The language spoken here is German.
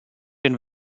den